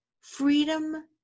freedom